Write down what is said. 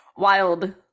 Wild